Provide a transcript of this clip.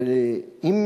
ואם